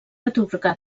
atorgar